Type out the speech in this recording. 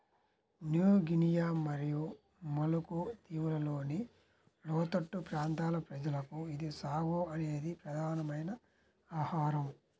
new Guinea మరియు Maluku దీవులలోని లోతట్టు ప్రాంతాల ప్రజలకు ఇది సాగో అనేది ప్రధానమైన ఆహారం